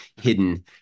hidden